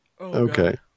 Okay